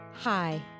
Hi